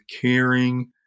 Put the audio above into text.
caring